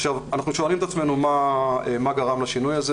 אנחנו שואלים את עצמנו מה גרם לשינוי הזה.